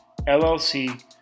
LLC